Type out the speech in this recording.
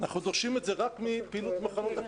אנחנו דורשים את זה רק ממחנות הקיץ.